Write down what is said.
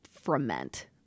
ferment